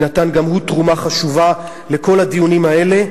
ונתן גם הוא תרומה חשובה לכל הדיונים האלה,